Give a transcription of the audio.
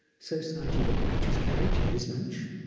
so sayagyi went back to his carriage, had his lunch,